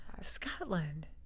Scotland